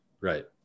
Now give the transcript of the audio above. Right